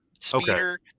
speeder